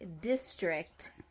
district